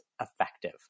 effective